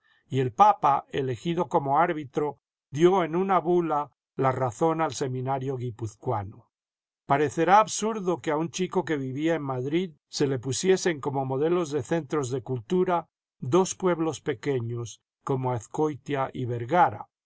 y el papa elegido como arbitro dio en una bula la razón al seminario guipuzcoano parecerá absurdo que a un chico que vivía en madrid se le pusiesen como modelos de centros de cultura dos pueblos pequeños como azcoitia y vergara